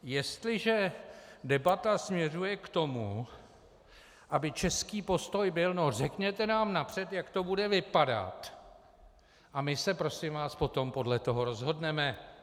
Jestliže debata směřuje k tomu, aby český postoj byl: no řekněte nám napřed, jak to bude vypadat, a my se, prosím vás, potom podle toho rozhodneme.